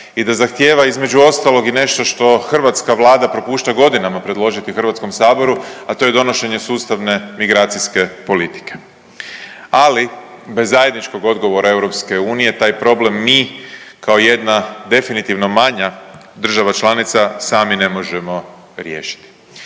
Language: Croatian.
i da zahtijeva između ostalog i nešto što hrvatska Vlada propušta godinama predložiti Hrvatskom saboru, a to je donošenje sustavne migracijske politike. Ali bez zajedničkog odgovora EU taj problem mi kao jedna definitivno manja država članica sami ne možemo riješiti.